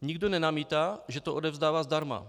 Nikdo nenamítá, že to odevzdává zdarma.